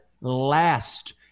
last